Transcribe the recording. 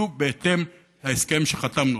הן יהיו בהתאם להסכם שחתמנו: